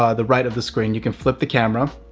ah the right of the screen, you can flip the camera.